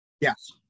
Yes